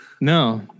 No